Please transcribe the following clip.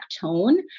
tone